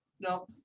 no